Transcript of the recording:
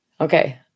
Okay